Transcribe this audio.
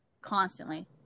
Constantly